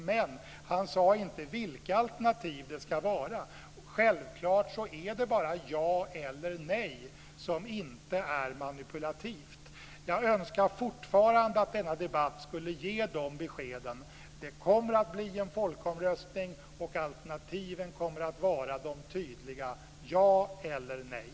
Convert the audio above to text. Men han sade inte vilka alternativ det ska vara. Självklart är det bara ja eller nej som inte är manipulativt. Jag önskar fortfarande att denna debatt skulle ge beskeden att det kommer att bli en folkomröstning och att alternativen kommer att vara tydliga ja eller nej.